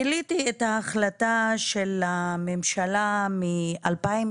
גיליתי את ההחלטה של הממשלה מ-2016.